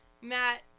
Matt